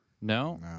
No